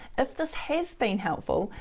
if this has been helpful,